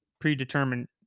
predetermined